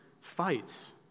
fights